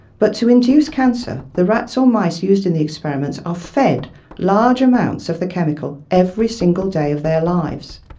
but to induce cancer, the rats or mice used in the experiments are fed large amounts of the chemical every single day of their lives.